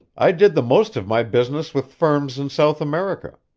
i did the most of my business with firms in south america.